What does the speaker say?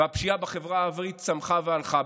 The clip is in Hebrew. והפשיעה בחברה הערבית צמחה והלכה.